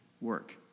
work